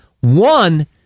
One